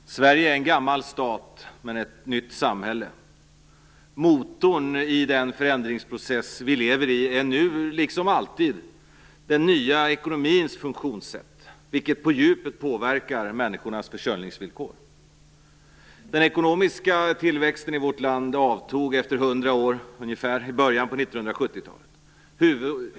Fru talman! Sverige är en gammal stat, men ett nytt samhälle. Motorn i den förändringsprocess vi lever i är nu, liksom alltid, den nya ekonomins funktionssätt vilken på djupet påverkar människornas försörjningsvillkor. Den ekonomiska tillväxten i vårt land avtog efter hundra år ungefär i början på 1970 talet.